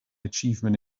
achievement